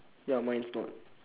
ya mine is not